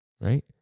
right